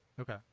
okay